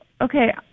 Okay